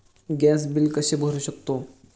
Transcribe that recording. Gas bill कसे भरू शकतो?